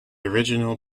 original